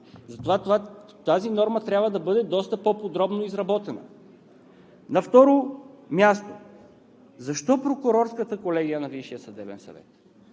Затова тази норма трябва да бъде доста по-подробно изработена. На второ място, защо Прокурорската колегия на Висшия съдебен съвет?